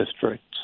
districts